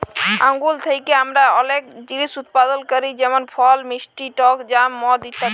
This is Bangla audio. আঙ্গুর থ্যাকে আমরা অলেক জিলিস উৎপাদল ক্যরি যেমল ফল, মিষ্টি টক জ্যাম, মদ ইত্যাদি